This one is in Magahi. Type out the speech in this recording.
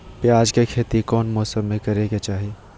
प्याज के खेती कौन मौसम में करे के चाही?